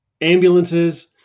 ambulances